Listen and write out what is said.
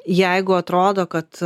jeigu atrodo kad